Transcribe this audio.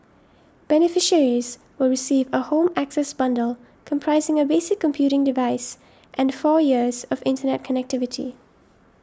beneficiaries will receive a Home Access bundle comprising a basic computing device and four years of internet connectivity